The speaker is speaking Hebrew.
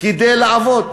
כדי לעבוד,